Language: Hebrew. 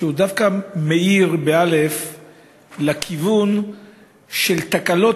שהוא דווקא מאיר בכיוון של תקלות